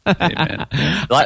Amen